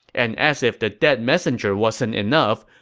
and as if the dead messenger wasn't enough,